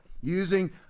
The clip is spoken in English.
using